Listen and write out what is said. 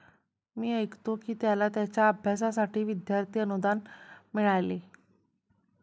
मी ऐकतो की त्याला त्याच्या अभ्यासासाठी विद्यार्थी अनुदान मिळाले